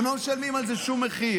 הם לא משלמים על זה שום מחיר.